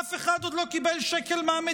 אף אחד עוד לא קיבל שקל מהמדינה.